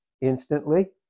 instantly